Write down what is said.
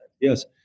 yes